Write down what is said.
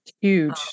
Huge